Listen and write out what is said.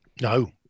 No